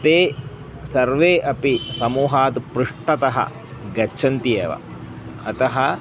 ते सर्वे अपि समूहात् पृष्ठतः गच्छन्ति एव अतः